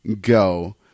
go